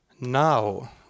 now